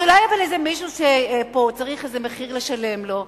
אז אולי יש פה מישהו שצריך לשלם לו מחיר.